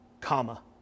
comma